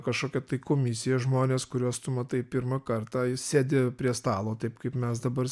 kažkokia tai komisija žmones kuriuos tu matai pirmą kartą sėdi prie stalo taip kaip mes dabar